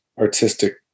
artistic